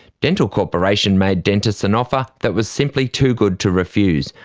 dental corporation made dentists an offer that was simply too good to refuse,